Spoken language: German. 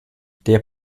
der